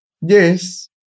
Yes